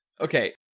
Okay